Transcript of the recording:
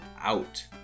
out